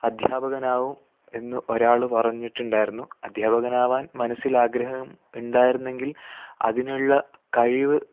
അദ്ധ്യാപകനാകും എന്ന് ഒരാൾ പറഞ്ഞിട്ടുണ്ടായിരുന്നു അദ്ധ്യാപകനാകാൻ മനസ്സിൽ ആഗ്രഹം ഉണ്ടായിരുന്നെങ്കിൽ അതിനുള്ള കഴിവ്